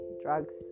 drugs